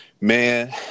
man